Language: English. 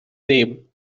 name